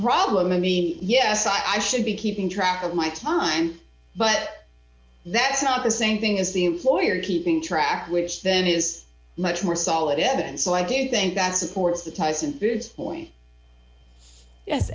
problem i mean yes i should be keeping track of my time but that's not the same thing as the employer keeping track which then is much more solid evidence why do you think that supports the